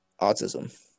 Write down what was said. Autism